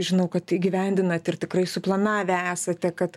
žinau kad įgyvendinat ir tikrai suplanavę esate kad